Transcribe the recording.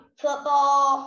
football